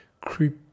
creep